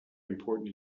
important